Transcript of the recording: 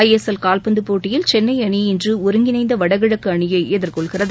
ஐ S L கால்பந்தபோட்டியில் சென்னைஅணி இன்றுஒருங்கிணைந்தவடகிழக்குஅணியைஎதிர்கொள்கிறது